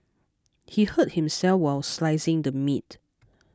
he hurt himself while slicing the meat